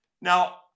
Now